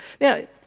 Now